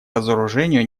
разоружению